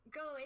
go